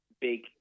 big